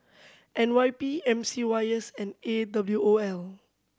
N Y P M C Y S and A W O L